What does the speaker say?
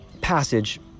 passage